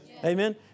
Amen